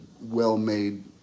well-made